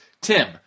Tim